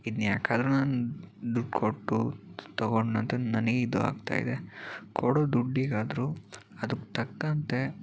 ಇದನ್ನ ಯಾಕಾದ್ರೂ ನಾನು ದುಡ್ಡು ಕೊಟ್ಟು ತಗೊಂಡೆನೋ ಅಂತ ನನಗೆ ಇದು ಆಗ್ತಾಯಿದೆ ಕೊಡೋ ದುಡ್ಡಿಗಾದ್ರೂ ಅದಕ್ಕೆ ತಕ್ಕಂತೆ